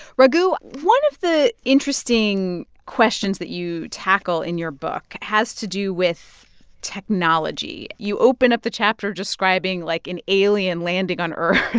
raghu, one of the interesting questions that you tackle in your book has to do with technology. you open up the chapter describing, like, an alien landing on earth